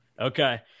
Okay